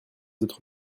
autres